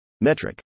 metric